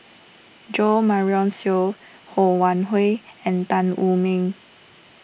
Jo Marion Seow Ho Wan Hui and Tan Wu Meng